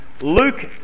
Luke